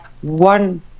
one